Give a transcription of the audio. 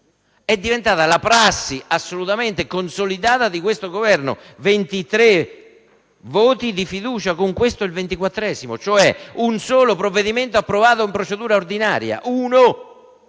È diventata la prassi assolutamente consolidata di questo Governo: 23 voti di fiducia (questo è il ventiquattresimo) e un solo provvedimento approvato in procedura ordinaria nel